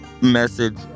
message